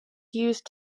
used